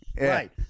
Right